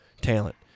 talent